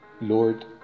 Lord